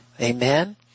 Amen